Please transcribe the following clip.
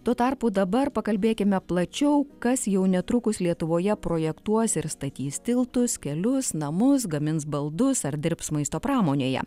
tuo tarpu dabar pakalbėkime plačiau kas jau netrukus lietuvoje projektuos ir statys tiltus kelius namus gamins baldus ar dirbs maisto pramonėje